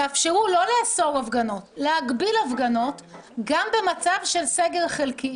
תגבילו את ההפגנות במצב של סגר חלקי,